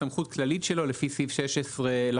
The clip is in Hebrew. סמכות כללית שלו לפי סעיף 16 לחוק.